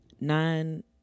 nine